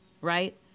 right